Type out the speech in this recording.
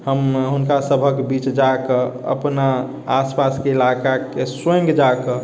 हम हुनका सभहक बीच जाकऽ अपना आस पासके इलाकाके स्वयं जाकऽ